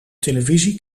televisie